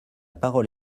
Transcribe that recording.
parole